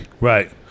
right